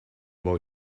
boy